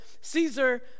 Caesar